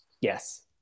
Yes